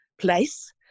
place